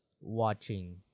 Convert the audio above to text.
watching